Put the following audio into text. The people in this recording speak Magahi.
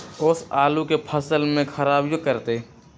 ओस आलू के फसल के खराबियों करतै?